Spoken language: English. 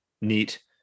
Neat